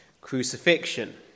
crucifixion